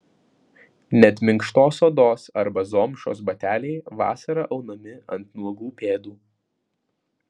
net minkštos odos arba zomšos bateliai vasarą aunami ant nuogų pėdų